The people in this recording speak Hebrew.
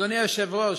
אדוני היושב-ראש,